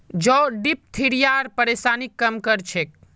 जौ डिप्थिरियार परेशानीक कम कर छेक